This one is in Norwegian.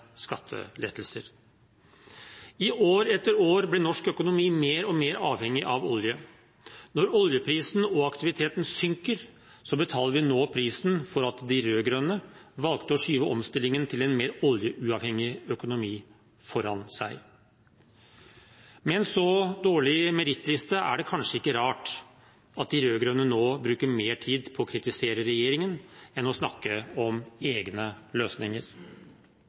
skattelettelser. I år etter år ble norsk økonomi mer og mer avhengig av olje. Når oljeprisen og aktiviteten synker, betaler vi nå prisen for at de rød-grønne valgte å skyve omstillingen til en mer oljeuavhengig økonomi foran seg. Med en så dårlig merittliste er det kanskje ikke rart at de rød-grønne nå bruker mer tid på å kritisere regjeringen enn å snakke om egne løsninger.